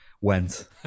went